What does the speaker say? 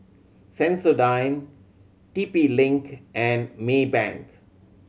Sensodyne T P Link and Maybank